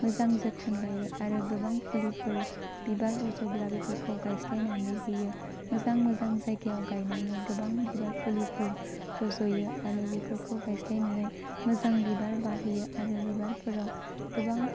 मोजां जोथोन लायो आरो गोबां फुलिफोर बिबार रज'ब्ला बेफोरखौ गायस्लायनानै होयो मोजां मोजां जायगायाव गायनानै गोबां बिबार फुलिफोर रज'यो आरो बेफोरखौ गायस्लायनानै मोजां बिबार बारहोयो आरो बिबारफोराव गोबां